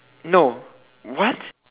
no what